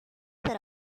that